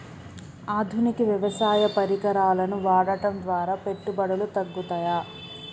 ఆధునిక వ్యవసాయ పరికరాలను వాడటం ద్వారా పెట్టుబడులు తగ్గుతయ?